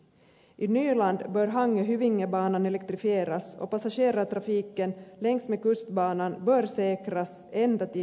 i nyland bör hangöhyvingebanan elektrifieras och passagerartrafiken längs med kustbanan bör säkras ända till hangö även i fortsättningen